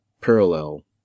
parallel